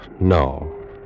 no